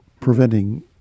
preventing